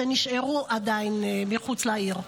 שנשארה עדיין מחוץ לעיר.